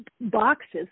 boxes